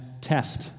test